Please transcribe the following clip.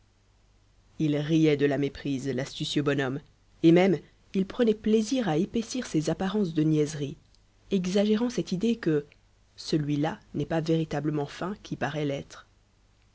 il riait de la méprise l'astucieux bonhomme et même il prenait plaisir à épaissir ses apparences de niaiserie exagérant cette idée que celui-là n'est pas véritablement fin qui paraît l'être